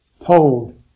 told